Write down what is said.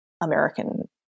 American